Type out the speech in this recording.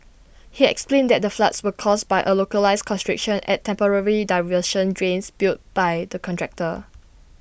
he explained that the floods were caused by A localised constriction at temporary diversion drains built by the contractor